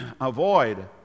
avoid